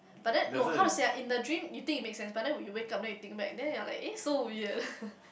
but then no how to say ah in the dream you think it makes sense but then when you wake up then you think back then you're like eh so weird